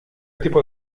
tipo